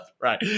Right